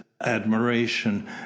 admiration